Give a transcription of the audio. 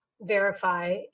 verify